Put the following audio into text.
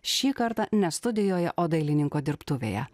šį kartą ne studijoje o dailininko dirbtuvėje